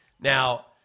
Now